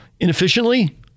inefficiently